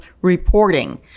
reporting